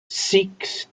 sikhs